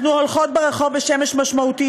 אנחנו הולכות ברחוב בשמש משמעותית,